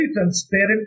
transparent